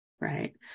right